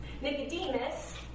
Nicodemus